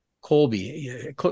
Colby